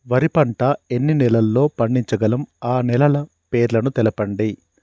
వరి పంట ఎన్ని నెలల్లో పండించగలం ఆ నెలల పేర్లను తెలుపండి?